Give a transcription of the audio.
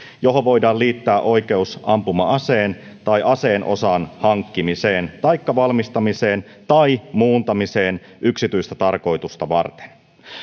johon voidaan liittää oikeus ampuma aseen tai aseen osan hankkimiseen taikka valmistamiseen tai muuntamiseen yksityistä tarkoitusta varten